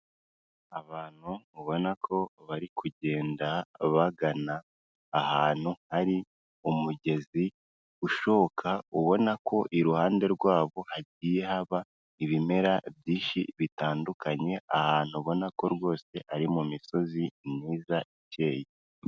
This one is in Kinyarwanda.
Abantu ubona ko bari kugenda bagana ahantu hari umugezi ushoka, ubona ko iruhande rwabo hagiye haba ibimera byinshi bitandukanye, ahantu ubona ko rwose ari mu misozi myiza ikeye.